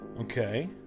Okay